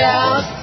out